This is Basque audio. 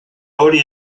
hori